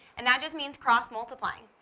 and that just means cross-multiplying.